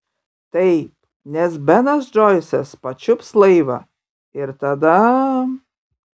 taip nes benas džoisas pačiups laivą ir tada